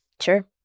Sure